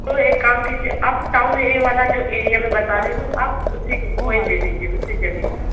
तो एक काम कीजिए आप टाउन ये वाला जो एरिया में बता रही हूँ आप उसी को वो ही ले लीजिये उसी जमीन